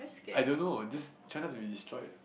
I don't know just try not to be destroyed